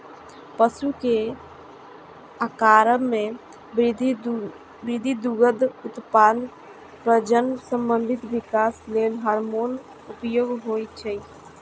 पशु के आाकार मे वृद्धि, दुग्ध उत्पादन, प्रजनन संबंधी विकार लेल हार्मोनक उपयोग होइ छै